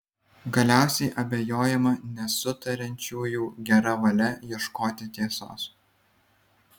galiausiai abejojama nesutariančiųjų gera valia ieškoti tiesos